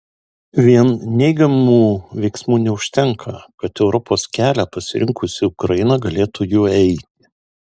vien neigiamų veiksmų neužtenka kad europos kelią pasirinkusi ukraina galėtų juo eiti